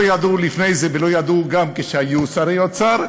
ולא ידעו לפני זה ולא ידעו גם כשהיו שרי אוצר,